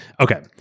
okay